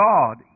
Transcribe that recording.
God